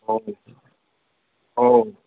हो हो